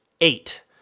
eight